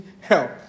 help